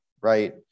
right